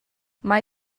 mae